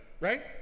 right